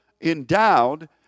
endowed